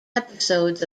episodes